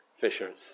fishers